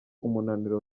umunaniro